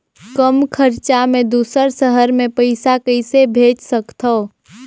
कम खरचा मे दुसर शहर मे पईसा कइसे भेज सकथव?